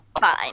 fine